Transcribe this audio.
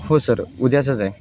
हो सर उद्याचाच आहे